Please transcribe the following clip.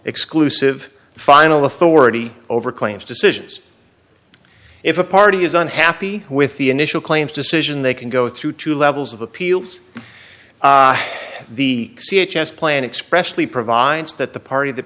exclusive final authority over claims decisions if a party is unhappy with the initial claims decision they can go through two levels of appeals the c h s plan expression provides that the party that